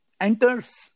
enters